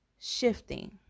shifting